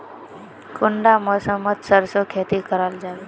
कुंडा मौसम मोत सरसों खेती करा जाबे?